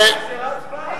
ישראל כץ.